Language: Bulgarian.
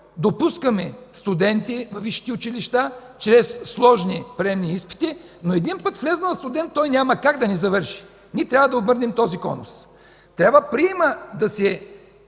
допускаме студенти във висшите училища чрез сложни приемни изпити, но един път влезнал студент той няма как да не завърши. Ние трябва да обърнем този конус. Трябва приемът да се